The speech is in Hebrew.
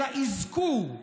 אלא אזכור,